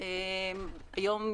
לגבי שכר העובדים.